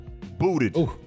booted